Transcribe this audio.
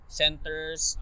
centers